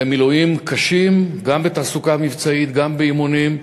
ומילואים קשים, גם בתעסוקה מבצעית, גם באימונים.